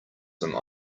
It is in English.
some